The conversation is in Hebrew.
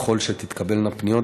ככל שתתקבלנה פניות,